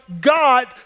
God